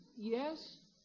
Yes